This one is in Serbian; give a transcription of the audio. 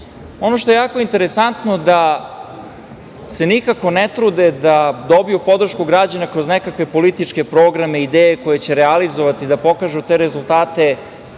što je jako interesantno da se nikako ne trude da dobiju podršku građana kroz nekakve političke programe, ideje koje će realizovati da pokažu te rezultate